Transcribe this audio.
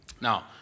Now